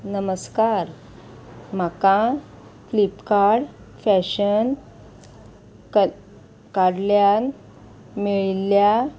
नमस्कार म्हाका Flipkart fashion क काडल्यान मेळिल्ल्या